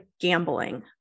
gambling